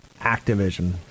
Activision